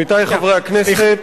עמיתי חברי הכנסת,